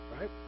right